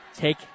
Take